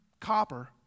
copper